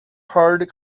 hard